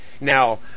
Now